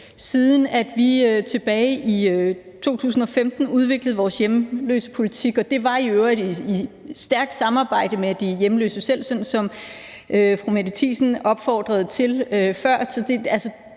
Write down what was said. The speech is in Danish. Siden vi tilbage i 2015 udviklede vores hjemløsepolitik – og det var jo i øvrigt i et stærkt samarbejde med de hjemløse selv, sådan som fru Mette Thiesen opfordrede til før